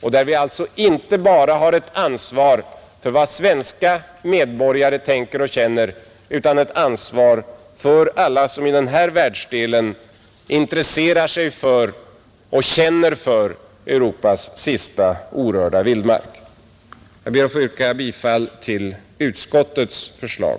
Vi har alltså inte bara ett ansvar för vad svenska medborgare tänker och känner, utan ett ansvar för alla som i denna världsdel intresserar sig för och känner för Europas sista orörda vildmark. Jag ber att få yrka bifall till utskottets förslag.